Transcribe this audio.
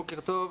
בוקר טוב,